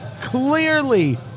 Clearly